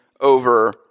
over